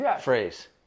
phrase